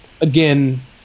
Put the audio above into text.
Again